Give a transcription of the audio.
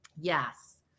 Yes